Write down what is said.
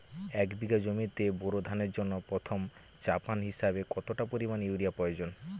এক বিঘা জমিতে বোরো ধানের জন্য প্রথম চাপান হিসাবে কতটা পরিমাণ ইউরিয়া প্রয়োজন?